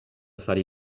fari